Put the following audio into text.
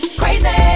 crazy